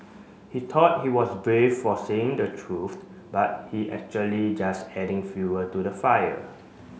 he thought he was brave for saying the truth but he actually just adding fuel to the fire